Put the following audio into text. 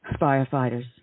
firefighters